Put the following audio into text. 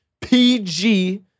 PG